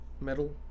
metal